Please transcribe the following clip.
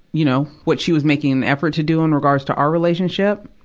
you know, what she was making an effort to do in regards to our relationship.